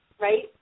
right